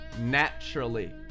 naturally